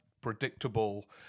predictable